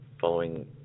following